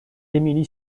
emily